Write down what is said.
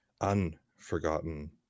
Unforgotten